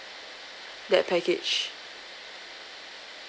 that package